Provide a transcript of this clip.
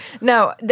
No